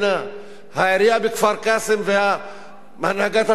העירייה בכפר-קאסם והנהגת הציבור הערבי